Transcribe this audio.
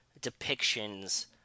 depictions